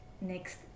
next